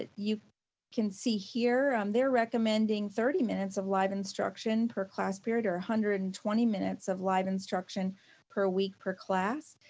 you can see here, um they're recommending thirty minutes of live instruction per class period or a hundred and twenty minutes of live instruction per week per class.